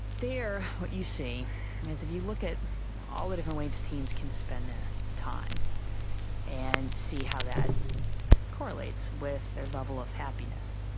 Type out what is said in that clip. there what you see is if you look at all the different ways teens can spend their time and see how that correlates with their level of happiness,